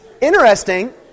interesting